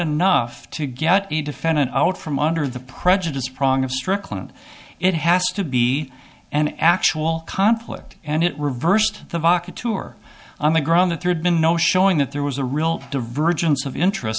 enough to get a defendant out from under the prejudice prong of strickland it has to be an actual conflict and it reversed on the ground that there'd been no showing that there was a real divergence of interest